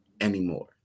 anymore